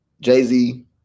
Jay-Z